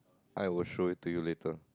I will show it to you later